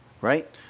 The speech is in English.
right